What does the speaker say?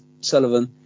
Sullivan